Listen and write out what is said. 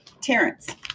Terrence